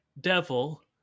devil